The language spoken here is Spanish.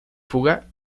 fuga